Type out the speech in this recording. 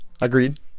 Agreed